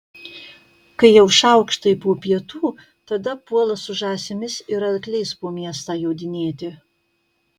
kai jau šaukštai po pietų tada puola su žąsimis ir arkliais po miestą jodinėti